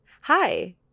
hi